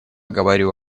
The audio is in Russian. говорю